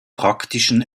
praktischen